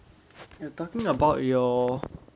you're talking about your